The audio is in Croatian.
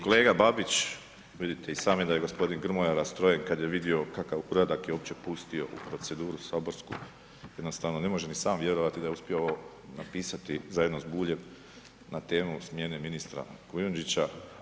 Kolega Babić, vidite i sami da je g. Grmoja rastrojen kada je vidio kakav uradak je uopće pustio u proceduru saborsku, jednostavno ne može ni sam vjerovati da je uspio ovo napisati zajedno sa Buljem na temu smjene ministra Kujundžića.